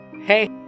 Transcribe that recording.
hey